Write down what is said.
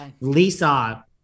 Lisa